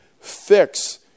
fix